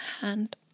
hand